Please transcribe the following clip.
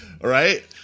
Right